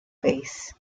base